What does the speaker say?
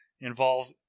involve